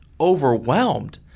overwhelmed